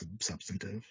substantive